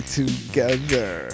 together